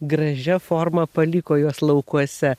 gražia forma paliko juos laukuose